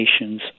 Nations